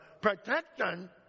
protection